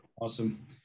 Awesome